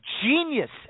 genius